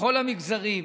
לכל המגזרים,